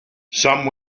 some